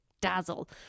dazzle